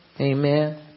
Amen